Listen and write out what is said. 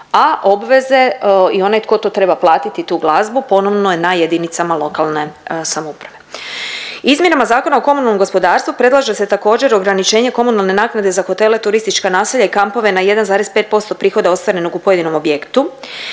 a obveze i one tko to treba platiti tu glazbu ponovno je na JLS. Izmjenama Zakona o komunalnom gospodarstvu predlaže se također ograničenje komunalne naknade za hotele, turistička naselja i kampove na 1,5% prihoda ostvarenog u pojedinom objektu.